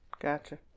Gotcha